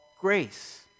Grace